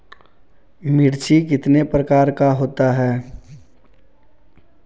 मिर्ची कितने प्रकार का होता है?